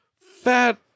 fat